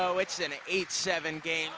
oh it's an eight seven game